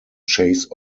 chase